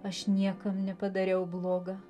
aš niekam nepadariau bloga